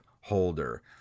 holder